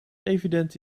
evident